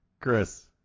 Chris